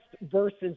versus